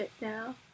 now